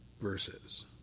verses